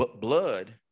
blood